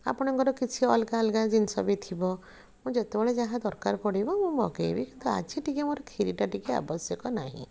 ଆପଣଙ୍କର କିଛି ଅଲଗା ଅଲଗା ଜିନିଷ ବି ଥିବ ମୁଁ ଯେତବେଳେ ଯାହା ଦରକାର ପଡ଼ିବ ମୁଁ ମଗେଇବି କିନ୍ତୁ ଆଜି ଟିକେ ମୋର ଖିରିଟା ଟିକେ ଆବଶ୍ୟକ ନାହିଁ